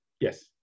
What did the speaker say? Yes